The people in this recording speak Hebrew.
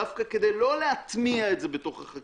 דווקא כדי לא להטמיע את זה בתוך החקיקה.